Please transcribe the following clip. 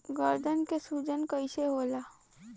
गर्दन के सूजन कईसे होला?